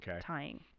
tying